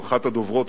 או אחת הדוברות,